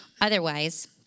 Otherwise